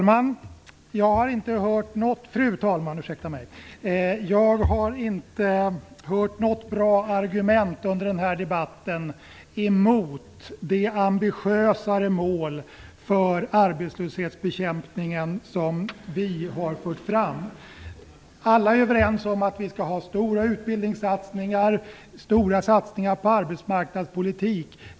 Fru talman! Jag har inte hört något bra argument under den här debatten emot de ambitiösare mål för arbetslöshetsbekämpningen som vi har fört fram. Alla är överens om att vi skall ha stora utbildningssatsningar och stora satsningar på arbetsmarknadspolitik.